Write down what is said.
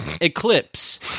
Eclipse